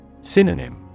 Synonym